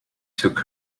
took